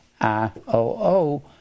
I-O-O